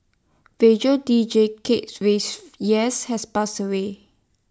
radio deejay Kates raise yes has passed away